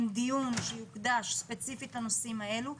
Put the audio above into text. דיון שיוקדש ספציפית לנושאים האלה.